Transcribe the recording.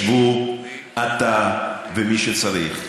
שבו, אתה ומי שצריך.